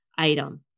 item